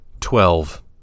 Twelve